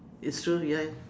it's true ya